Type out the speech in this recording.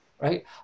Right